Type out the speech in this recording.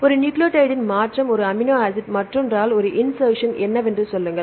1 நியூக்ளியோடைட்டின் மாற்றம் 1 amino acid மற்றொன்றால் ஒரு இன்செர்சன் என்னவென்று சொல்லுங்கள்